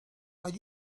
are